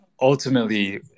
ultimately